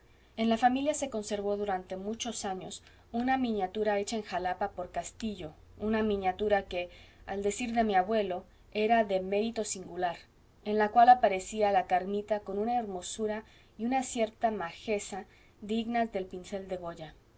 en la familia se conservó durante muchos años una miniatura hecha en jalapa por castillo una miniatura que al decir de mi abuelo era de mérito singular en la cual aparecía la carmita con una hermosura y una cierta majeza dignas del pincel de goya